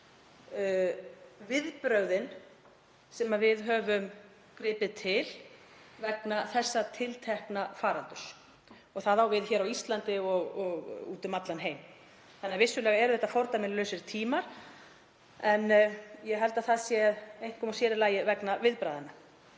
viðbrögðin sem við höfum gripið til vegna þessa tiltekna faraldurs. Það á við á Íslandi og úti um allan heim. Þannig að vissulega eru fordæmalausir tímar en ég held að það sé einkum og sér í lagi vegna viðbragðanna.